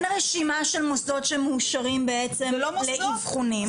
רשימה של מוסדות שמאושרים בעצם לאבחונים.